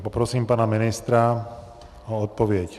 Poprosím pana ministra o odpověď.